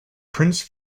prince